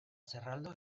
zerraldo